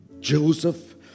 Joseph